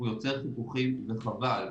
הוא יוצר חיכוכים וחבל.